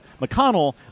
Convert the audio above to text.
McConnell